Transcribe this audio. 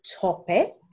topic